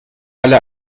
halle